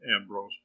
ambrose